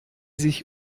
sich